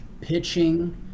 pitching